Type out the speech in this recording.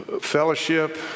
fellowship